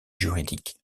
juridiques